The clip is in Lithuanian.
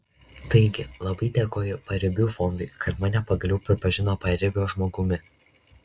taigi labai dėkoju paribių fondui kad mane pagaliau pripažino paribio žmogumi